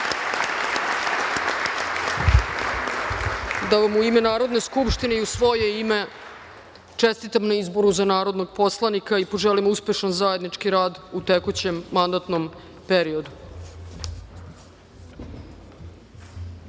da vam u ime Narodne skupštine i u svoje ime čestitam na izboru za narodnog poslanika i poželim uspešan zajednički rad u tekućem mandatnom periodu. Hvala